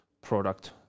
product